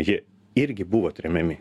jie irgi buvo tremiami